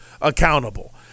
accountable